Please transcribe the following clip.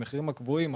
מחירים קבועים,